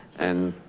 and,